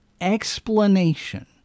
explanation